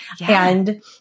And-